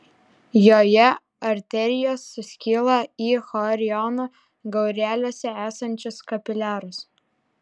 joje arterijos suskyla į choriono gaureliuose esančius kapiliarus